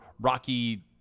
Rocky